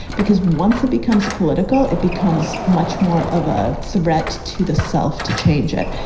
because once it becomes political, it becomes much more of a threat to the self to change it.